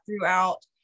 throughout